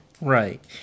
Right